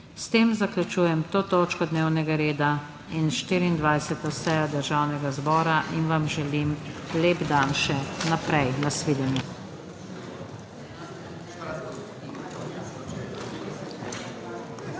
S tem zaključujem to točko dnevnega reda in 24. sejo Državnega zbora. Želim vam lep dan še naprej! Nasvidenje.